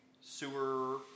sewer